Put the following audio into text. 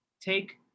take